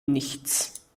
nichts